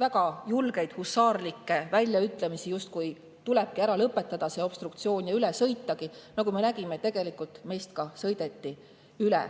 väga julgeid husaarlikke väljaütlemisi, justkui tuleb obstruktsioon ära lõpetada, lihtsalt üle sõita. Nagu me nägime, tegelikult meist sõidetigi üle.